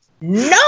No